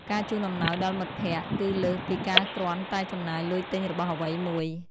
ការជូនអំណោយដល់មិត្តភក្តិ គឺលើសពីការគ្រាន់តែចំណាយលុយទិញរបស់អ្វីមួយ។